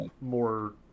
more